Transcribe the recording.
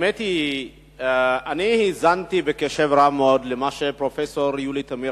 האזנתי בקשב רב מאוד למה שאמרה פרופסור יולי תמיר,